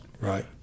Right